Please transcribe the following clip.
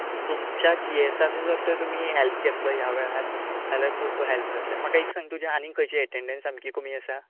तुमच्या जी एसाचो जर तुमी हॅल्प घेतलो ह्या वेळार जाल्यार खूब हॅल्प जातलें म्हाका एक सांग तुजें आनी खंयची एटँडंस सामकी कमी आसा